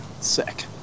Sick